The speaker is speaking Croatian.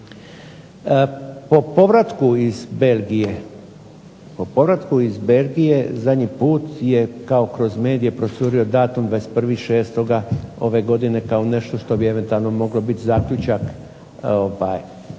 Po povratku iz Belgije zadnji put je kao kroz medije procurio datum 21.06. ove godine kao nešto što bi eventualno mogao biti zaključak, kraj